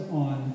on